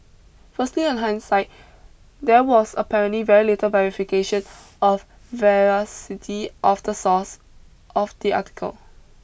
firstly on hindsight there was apparently very little verification of veracity of the source of the article